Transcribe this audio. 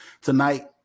tonight